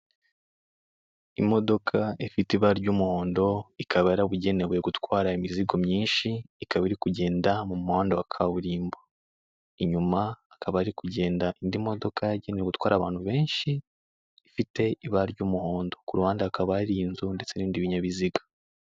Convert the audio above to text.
Imodoka ifite ibara ry'umuhondo ikaba yarabugenewe gutwara imizigo myinshi ikaba iri kugenda mu muhanda wa kaburimbo, inyuma akaba hari kugenda indi modoka yagenewetwara abantu benshi ifite ibara ry'umuhondo, kuruhande hakaba hari inzu ndetse n'ibindi binyabiziga.